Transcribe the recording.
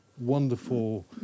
wonderful